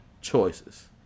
choices